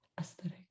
aesthetic